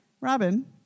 Robin